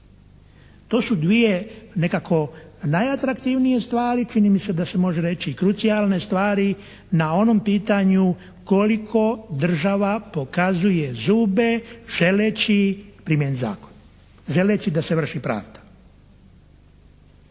To su dvije nekako najatraktivnije stvari, čini mi se da se može reći i krucijalne stvari na onom pitanju koliko država pokazuje zube želeći primijeniti zakon. Želeći da se vrši pravda.